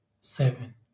seven